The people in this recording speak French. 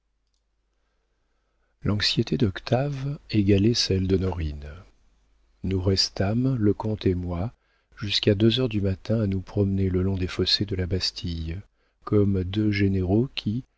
l'anxiété d'octave égalait celle d'honorine nous restâmes le comte et moi jusqu'à deux heures du matin à nous promener le long des fossés de la bastille comme deux généraux qui